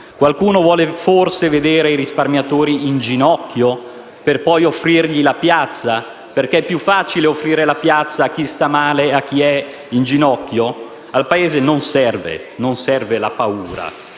Qualcuno vuole forse vedere i risparmiatori in ginocchio, per poi offrirgli la piazza? Perché è più facile offrire la piazza a chi sta male e a chi è in ginocchio? Al Paese non serve la paura.